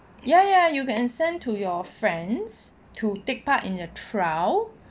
ya ya you can send to your friends to take part in a trial